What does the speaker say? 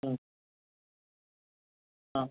हां